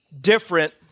different